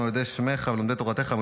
לעולם, יודעי שמך ולומדי תורתך לשמה".